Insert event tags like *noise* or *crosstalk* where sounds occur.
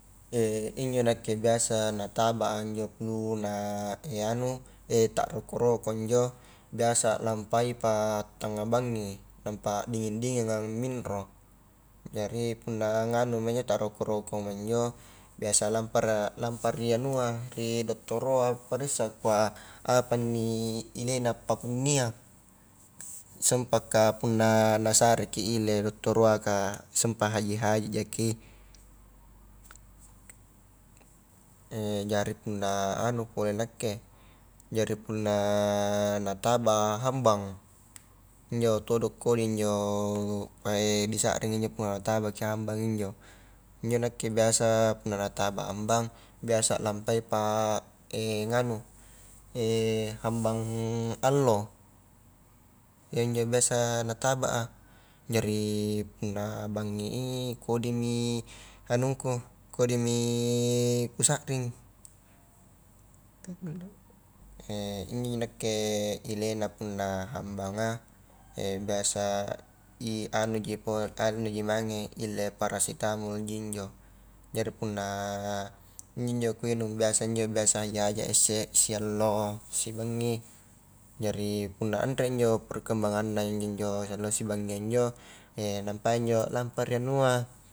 *hesitation* injo biasa nakke nataba a injo nula *hesitation* anu *hesitation* ta roko-roko injo biasa lampaipa tanga bangngi nampa dingin-dinginga minro jari punnanganumi injo ta roko-rokoma injo, biasa lampara lampa a ri anua ri dottoroa paressa kua apa inni inena pakkunia, sempatka punna nasareki ile dottoroa ka sempat haji-haji jaki, *hesitation* jari punna anu pole nakke jari punna nataba a hambang, injo todo kodi injo *hesitation* disaring punna natabaki hambang injo, injo nakke biasa punna nataba a hambang biasa lampaipa *hesitation* nganu *hesitation* hambang allo, iya injo biasa nataba a, jari punna bangngi i kodimi anungku, kodimi kusaring, *hesitation* injoji nakke ile na punna hambanga *hesitation* biasa i anuji po anuji mange ile paracetamolji injo jari punna injo injo kuinung biasa injo biasa haji-hajia isse siallo, sibangngi, jari punna anre injo perkembanganna injo njo allo sibangngia injo, *hesitation* nampai injo lampa ri anua.